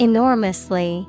Enormously